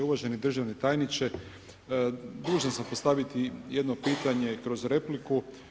Uvaženi državni tajniče, dužan sam postaviti jedno pitanje kroz repliku.